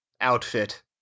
outfit